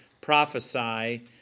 prophesy